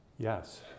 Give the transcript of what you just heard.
Yes